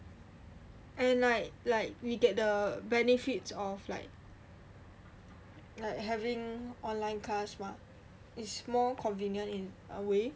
and like like we get the benefits of like like having online class mah it's more convenient in a way